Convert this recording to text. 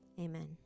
Amen